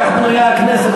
כך בנויה הכנסת,